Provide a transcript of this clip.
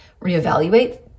reevaluate